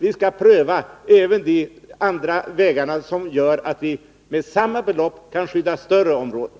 Vi skall pröva även de andra vägarna, de vägar som gör det möjligt att med samma belopp skydda större områden.